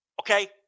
Okay